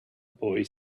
boy